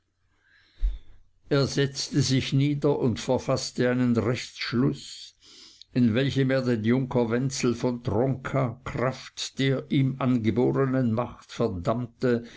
er setzte sich nieder und verfaßte einen rechtsschluß in welchem er den junker wenzel von tronka kraft der ihm angeborenen macht verdammte